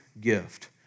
gift